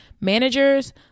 managers